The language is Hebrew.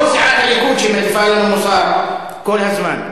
כל סיעת הליכוד, שמטיפה לנו מוסר כל הזמן.